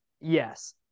Yes